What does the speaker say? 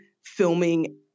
filming